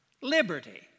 liberty